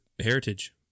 heritage